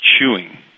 chewing